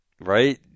right